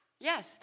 Yes